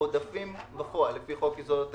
לפי חוק יסודות התקציב,